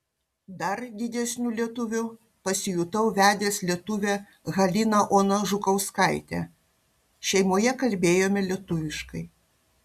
dar didesniu lietuviu pasijutau vedęs lietuvę haliną oną žukauskaitę šeimoje kalbėjome lietuviškai